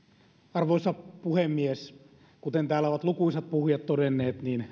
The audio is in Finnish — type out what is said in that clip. arvoisa puhemies kuten täällä ovat lukuisat puhujat todenneet